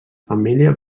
família